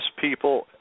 people